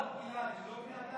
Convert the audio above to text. הם לא בני אדם,